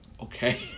Okay